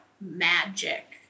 magic